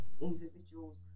individuals